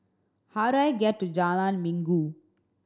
how do I get to Jalan Minggu